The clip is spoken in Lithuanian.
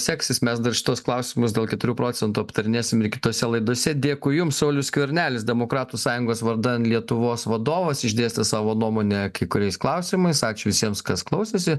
seksis mes dar šituos klausimus dėl keturių procentų aptarinėsim ir kitose laidose dėkui jums saulius skvernelis demokratų sąjungos vardan lietuvos vadovas išdėstė savo nuomonę kai kuriais klausimais ačiū visiems kas klausėsi